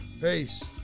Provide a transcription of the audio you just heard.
Peace